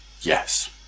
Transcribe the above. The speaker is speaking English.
Yes